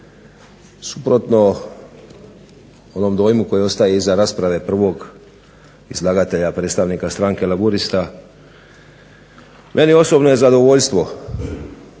Suprotno onom dojmu koji ostaje iza rasprave prvog izlaganja predstavnika Stranke laburista meni osobno je zadovoljstvo